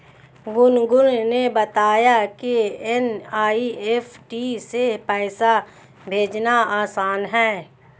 गुनगुन ने बताया कि एन.ई.एफ़.टी से पैसा भेजना आसान है